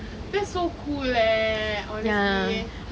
that's so cool leh honestly